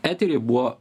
eteryje buvo